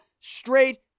straight